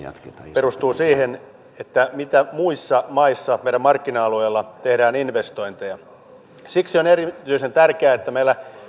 perustuu siihen mitä muissa maissa meidän markkina alueella tehdään investointeja siksi on erityisen tärkeää että meillä